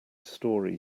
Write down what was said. story